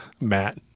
Matt